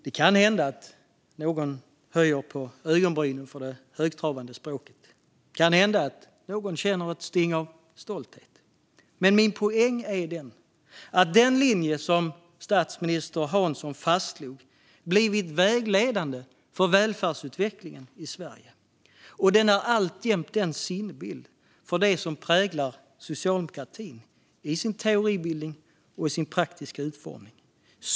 Det kan hända att någon höjer på ögonbrynen över det högtravande språket, och det kan hända att någon känner ett styng av stolthet. Men min poäng är att den linje som statsminister Hansson fastslog har blivit vägledande för välfärdsutvecklingen i Sverige. Och den är alltjämt en sinnebild för det som präglar socialdemokratin, i sin teoribildning och i sin praktiska utformning.